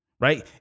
Right